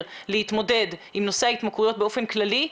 להתמודד עם נושא ההתמכרויות באופן כללי.